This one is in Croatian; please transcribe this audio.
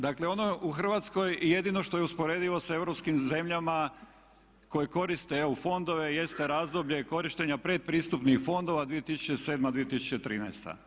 Dakle, ono u Hrvatskoj jedino što je usporedivo sa europskim zemljama koje koriste EU fondove jeste razdoblje korištenja predpristupnih fondova 2007.-2013.